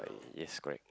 yes correct